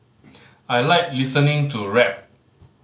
I like listening to rap